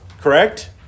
correct